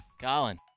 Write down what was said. Colin